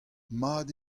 mat